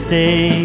Stay